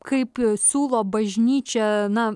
kaip siūlo bažnyčia na